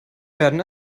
werden